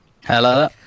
Hello